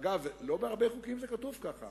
אגב, לא בהרבה חוקים זה כתוב ככה.